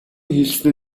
хэлсэн